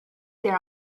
there